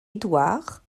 édouard